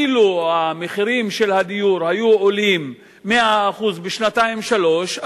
אילו היו מחירי הדיור עולים ב-100% בשנתיים-שלוש,